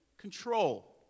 control